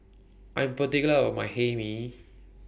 I Am particular about My Hae Mee